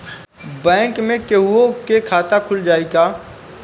Bank में केहूओ के खाता खुल जाई का?